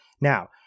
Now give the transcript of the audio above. Now